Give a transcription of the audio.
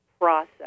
process